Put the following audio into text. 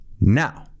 Now